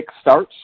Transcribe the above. starts